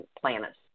planets